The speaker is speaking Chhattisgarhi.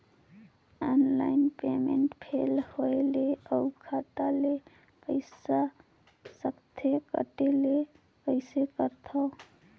ऑनलाइन पेमेंट फेल होय ले अउ खाता ले पईसा सकथे कटे ले कइसे करथव?